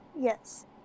Yes